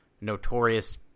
notorious